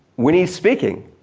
when he's speaking,